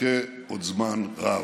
נחכה עוד זמן רב.